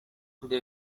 they